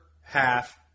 half